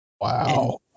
Wow